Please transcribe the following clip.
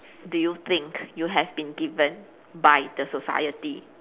do you think you have been given by the society